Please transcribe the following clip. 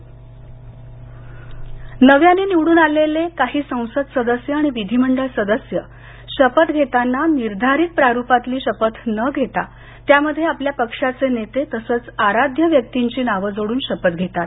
राज्यपाल नव्याने निवडून आलेले काही संसद सदस्य आणि विधीमंडळ सदस्य शपथ घेताना निर्धारित प्रारुपातली शपथ न घेता त्यामध्ये आपल्या पक्षाचे नेते तसंच आराध्य व्यक्तींची नावं जोडून शपथ घेतात